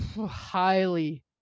highly